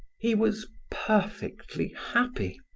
he was perfectly happy.